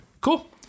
cool